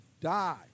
die